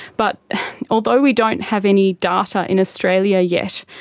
but although we don't have any data in australia yet,